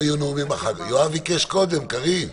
יואב ביקש קודם, קארין.